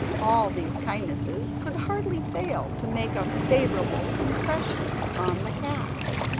all these kindnesses could hardly fail to make a favourable impression on the cats,